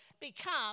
become